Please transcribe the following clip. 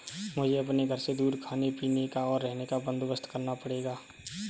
मुझे अपने घर से दूर खाने पीने का, और रहने का बंदोबस्त करना पड़ेगा